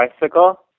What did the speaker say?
bicycle